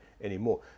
anymore